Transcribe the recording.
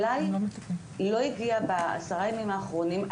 אלי לא הגיעה בעשרה ימים האחרונים,